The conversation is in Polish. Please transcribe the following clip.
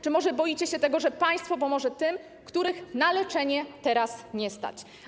Czy może boicie się tego, że państwo pomoże tym, których na leczenie teraz nie stać?